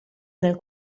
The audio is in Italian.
nel